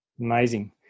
Amazing